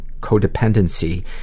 codependency